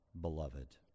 beloved